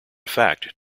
fact